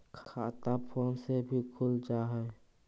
खाता फोन से भी खुल जाहै?